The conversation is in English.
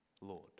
Lord